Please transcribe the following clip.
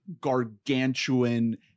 gargantuan